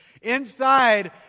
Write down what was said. Inside